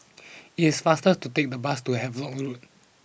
it is faster to take the bus to Havelock